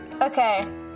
Okay